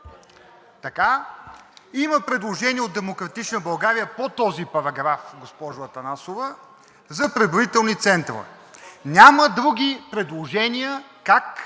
Има предложение от „Демократична България“ по този параграф, госпожо Атанасова, за преброителни центрове. Няма други предложения как,